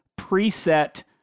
preset